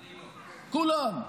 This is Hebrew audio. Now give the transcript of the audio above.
כולם.